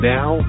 Now